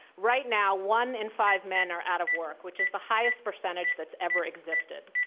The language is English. right now, one in five men are out of work, which is the highest percentage that's ever existed.